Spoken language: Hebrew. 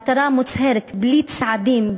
מטרה מוצהרת בלי צעדים,